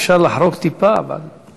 אפשר לחרוג טיפה, אבל,